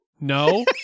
no